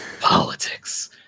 Politics